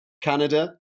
Canada